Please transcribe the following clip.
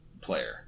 player